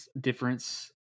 difference